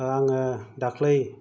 आङो दाख्लै